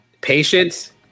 Patience